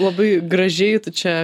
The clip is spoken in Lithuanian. labai gražiai tu čia